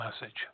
message